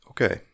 Okay